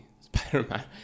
Spider-Man